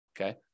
okay